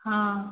हाँ